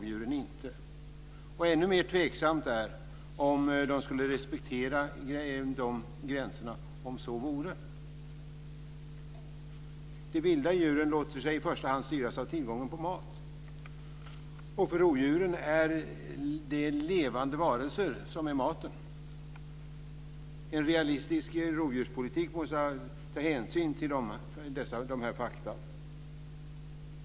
Det är ännu mer tveksamt om de skulle respektera dessa gränser om så vore. De vilda djuren låter sig i första hand styras av tillgången på mat, och för rovdjuren är det levande varelser som är maten. En realistisk rovdjurspolitik måste ta hänsyn till vissa fakta.